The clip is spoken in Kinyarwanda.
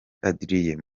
adrien